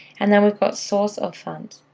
and then, we've got source of fund.